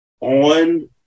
on